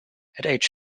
age